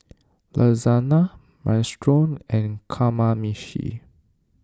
Lasagna Minestrone and Kamameshi